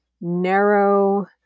narrow